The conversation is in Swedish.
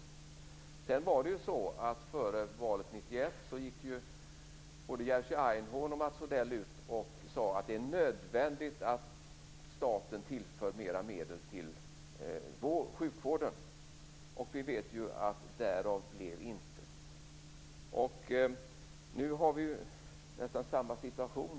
Före valet 1991 gick ju både Jerzy Einhorn och Mats Odell ut och sade att det var nödvändigt att staten tillförde mer medel till sjukvården. Vi vet ju att därav blev intet. Nu har vi nästan samma situation.